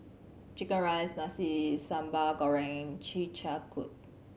chicken rice Nasi Sambal Goreng Chi Kak Kuih